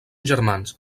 germans